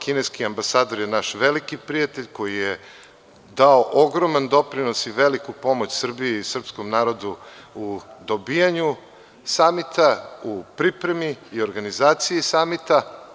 Kineski ambasador je naš veliki prijatelj koji je dao ogroman doprinos i veliku pomoć Srbiji i srpskom narodu u dobijanju samita, u pripremi i organizaciji samita.